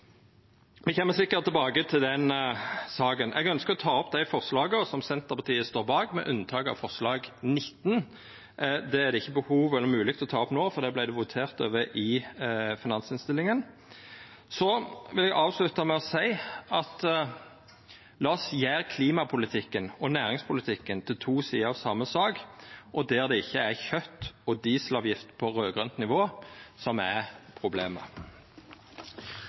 Me kjem sikkert tilbake til den saka. Eg ønskjer å ta opp dei forslaga Senterpartiet står bak, med unntak av forslag nr. 19. Det er det ikkje mogleg å ta opp no fordi det vart votert over i samband med behandlinga av finansinnstillinga. Eg vil avslutta med å seia: La oss gjera klimapolitikken og næringspolitikken til to sider av same sak, og der det ikkje er kjøt og dieselavgift på raud-grønt nivå som er problemet.